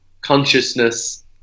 consciousness